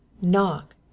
Knock